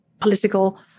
political